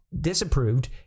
disapproved